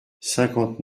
cinquante